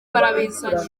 barabizanye